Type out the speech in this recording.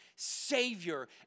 Savior